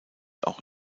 auch